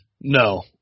No